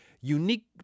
unique